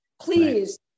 please